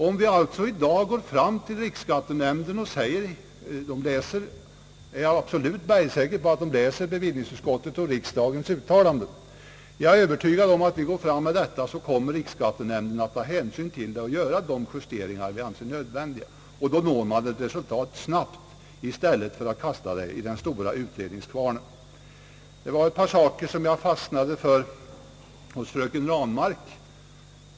Om vi i dag framför våra önskemål till riksskattenämnden — jag är absolut bergsäker på att nämnden läser bevillningsutskottets och riksdagens uttalanden — kommer riksskattenämnden att ta hänsyn till dessa önskemål och göra de justeringar som nämnden anser nödvändiga. Då når vi ett snabbt resultat, vilket inte blir fallet om förslaget hamnar i den stora utredningskvarnen. Jag fastnade för ett par saker i fröken Ranmarks anförande.